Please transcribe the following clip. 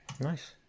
nice